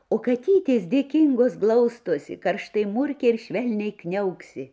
o katytės dėkingos glaustosi karštai murkia ir švelniai kniauksi